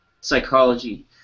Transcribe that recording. psychology